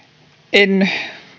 en